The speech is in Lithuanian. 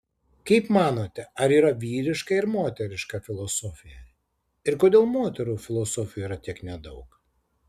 kaip manote ar yra vyriška ir moteriška filosofija ir kodėl moterų filosofių yra tiek nedaug